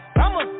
I'ma